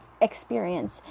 experience